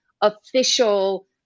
official